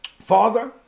Father